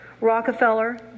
Rockefeller